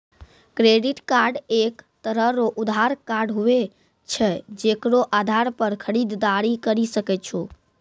credit card एक तरह रो उधार कार्ड हुवै छै जेकरो आधार पर खरीददारी करि सकै छो